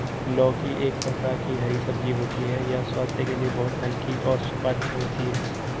लौकी एक प्रकार की हरी सब्जी होती है यह स्वास्थ्य के लिए बहुत हल्की और सुपाच्य होती है